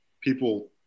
people